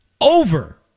over